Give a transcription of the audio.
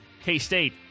K-State